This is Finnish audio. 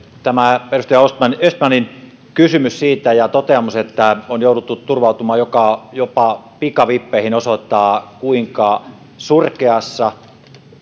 tämä edustaja östmanin kysymys siitä ja toteamus että on jouduttu turvautumaan jopa pikavippeihin osoittaa kuinka surkeassa